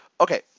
Okay